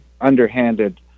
underhanded